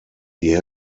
die